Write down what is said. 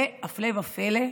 והפלא ופלא,